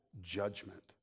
judgment